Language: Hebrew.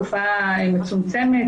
זאת תופעה מצומצמת.